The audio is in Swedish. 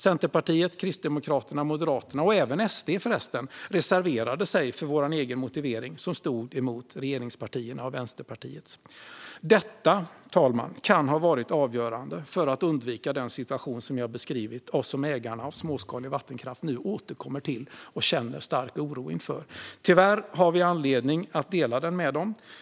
Centerpartiet, Kristdemokraterna och Moderaterna - och även SD, förresten - reserverade sig för sin egen motivering, som stod emot regeringspartiernas och Vänsterpartiets. Detta kan ha varit avgörande för att undvika den situation vi har beskrivit, fru talman, och som ägarna av småskalig vattenkraft har återkommit till och känner stark oro inför. Tyvärr har vi anledning att dela den med dem.